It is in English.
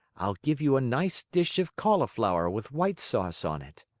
i'll give you a nice dish of cauliflower with white sauce on it.